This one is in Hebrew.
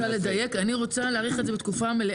אני רק רוצה לדייק: אני רוצה להאריך את זה בתקופה מלאה,